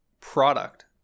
product